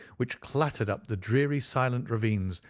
which clattered up the dreary silent ravines,